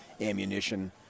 ammunition